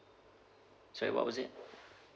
sorry what was it